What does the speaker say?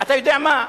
אתה יודע מה,